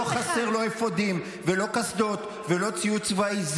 לא חסר, לא אפודים ולא קסדות ולא ציוד צבאי.